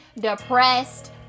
Depressed